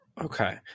Okay